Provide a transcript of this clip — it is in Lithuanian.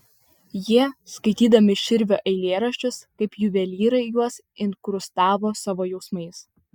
jie skaitydami širvio eilėraščius kaip juvelyrai juos inkrustavo savo jausmais